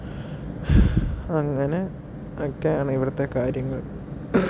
അങ്ങനെ ഒക്കെയാണ് ഇവിടുത്തെ കാര്യങ്ങൾ